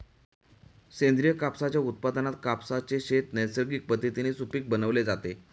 सेंद्रिय कापसाच्या उत्पादनात कापसाचे शेत नैसर्गिक पद्धतीने सुपीक बनवले जाते